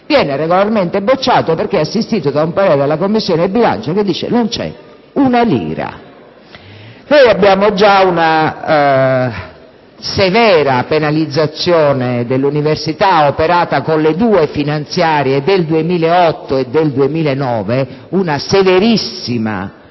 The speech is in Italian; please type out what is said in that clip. viene regolarmente bocciato perché assistito da un parere della Commissione bilancio, che dice: non c'è un euro. Abbiamo già una severa penalizzazione dell'università operata con le due finanziarie del 2008 e del 2009, una severissima penalizzazione